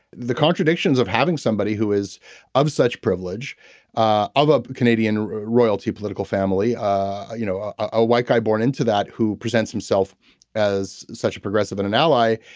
the contradictions of having somebody who is of such privilege ah of a canadian royalty political family ah you know ah a white guy born into that who presents himself as such a progressive and an ally